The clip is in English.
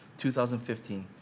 2015